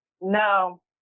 No